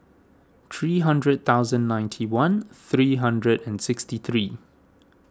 three hundred thousand ninety one three hundred and sixty three